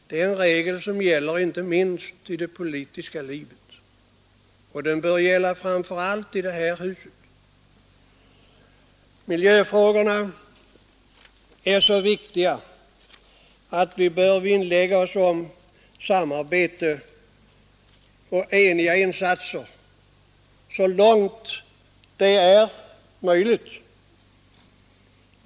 Det är en regel som gäller inte minst i det politiska livet, och den bör gälla framför allt i det här huset. Miljöfrågorna är så viktiga att vi bör vinnlägga oss om samarbete och samfällda insatser så långt det är möjligt.